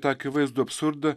tą akivaizdų absurdą